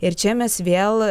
ir čia mes vėl